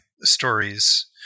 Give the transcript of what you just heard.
stories